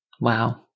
Wow